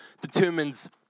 determines